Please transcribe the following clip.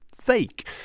fake